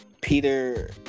Peter